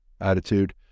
attitude